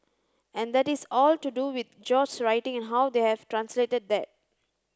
and that is all to do with George's writing and how they have translated that